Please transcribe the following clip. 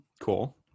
Cool